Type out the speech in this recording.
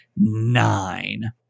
nine